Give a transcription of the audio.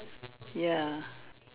ya